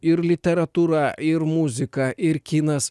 ir literatūra ir muzika ir kinas